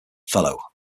fellow